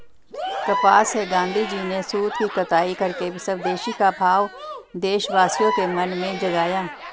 कपास से गाँधीजी ने सूत की कताई करके स्वदेशी का भाव देशवासियों के मन में जगाया